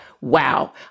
wow